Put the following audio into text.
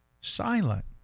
silent